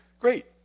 Great